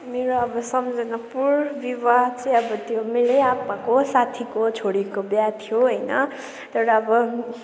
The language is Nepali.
मेरो अब सम्झनापूर्ण विवाह चाहिँ अब त्यो मेरै आप्पाको साथीको छोरीको बिहा थियो होइन तर अब